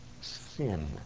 sin